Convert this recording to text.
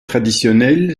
traditionnelle